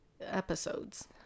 episodes